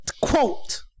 Quote